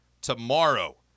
tomorrow